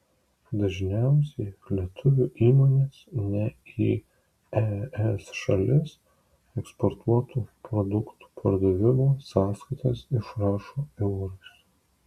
dažniausiai lietuvių įmonės ne į es šalis eksportuotų produktų pardavimo sąskaitas išrašo eurais